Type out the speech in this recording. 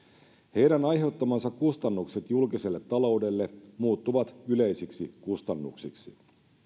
heidän aiheuttamansa kustannukset julkiselle taloudelle muuttuvat yleisiksi kustannuksiksi